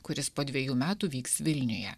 kuris po dvejų metų vyks vilniuje